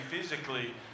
physically